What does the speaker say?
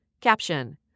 Caption